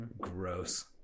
Gross